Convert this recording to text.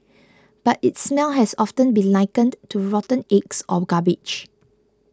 but its smell has often been likened to rotten eggs or garbage